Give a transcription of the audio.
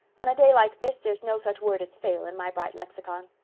on a day like this there's no such word as fail in my bright lexicon.